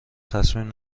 تصمیم